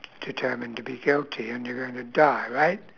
determined to be guilty and you're gonna die right